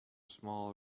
small